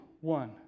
one